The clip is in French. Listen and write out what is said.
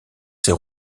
ses